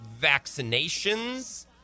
vaccinations